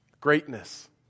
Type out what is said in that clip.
Greatness